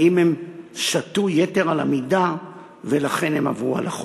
האם הם שתו יתר על המידה ולכן הם עברו על החוק.